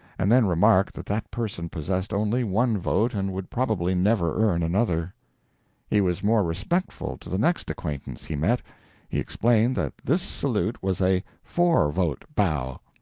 and then remarked that that person possessed only one vote and would probably never earn another he was more respectful to the next acquaintance he met he explained that this salute was a four-vote bow.